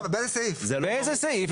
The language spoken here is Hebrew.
באיזה סעיף?